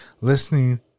Listening